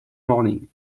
morning